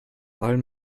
alm